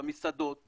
במסעדות,